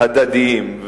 הדדיים,